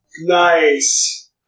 Nice